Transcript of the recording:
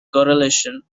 correlation